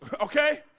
Okay